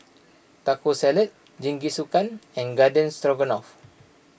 Taco Salad Jingisukan and Garden Stroganoff